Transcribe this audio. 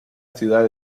ciudad